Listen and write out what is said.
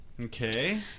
Okay